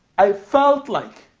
i felt like